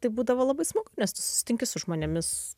tai būdavo labai smagu nes tu susitinki su žmonėmis